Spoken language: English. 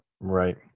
right